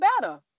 better